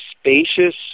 spacious